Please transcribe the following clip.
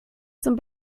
zum